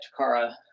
Takara